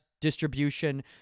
distribution